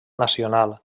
nacional